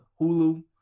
Hulu